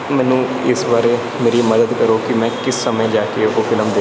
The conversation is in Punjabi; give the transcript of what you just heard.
ਮੈਨੂੰ ਇਸ ਬਾਰੇ ਮੇਰੀ ਮਦਦ ਕਰੋ ਕਿ ਮੈਂ ਕਿਸ ਸਮੇਂ ਜਾ ਕੇ ਉਹ ਫਿਲਮ ਦੇਖ ਸਕਦਾ ਹਾਂ